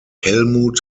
helmut